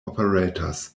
operators